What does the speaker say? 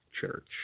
church